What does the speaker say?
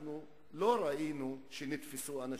אנחנו לא ראינו שנתפסו אנשים.